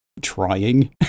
trying